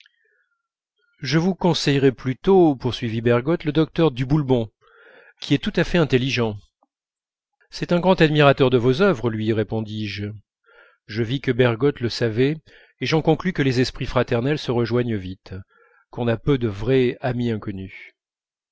je vous conseillerais plutôt poursuivit bergotte le docteur du boulbon qui est tout à fait intelligent c'est un grand admirateur de vos œuvres lui répondis-je je vis que bergotte le savait et j'en conclus que les esprits fraternels se rejoignent vite qu'on a peu de vrais amis inconnus